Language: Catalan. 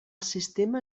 sistema